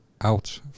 out